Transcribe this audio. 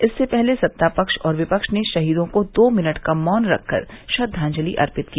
इससे पहले सत्ता पक्ष और विपक्ष ने शहीदों को दो मिनट का मौन रखकर श्रद्वाजलि अर्पित की